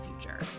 future